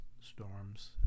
Storms